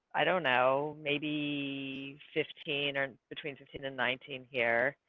i don't know, maybe. fifteen or between sixteen and nineteen here.